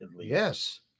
Yes